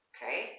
Okay